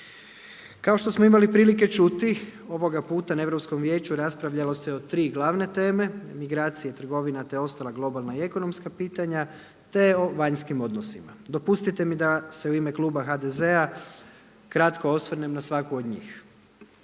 Kao što smo imali prilike čuti ovoga puta na Europskom vijeću raspravljalo se o tri glavne teme: migracija, trgovina te ostala globalna i ekonomska pitanja te o vanjskim odnosima. Dopustite mi da se u ime kluba HDZ-a kratko osvrnem na svaku od njih.